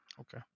Okay